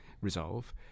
resolve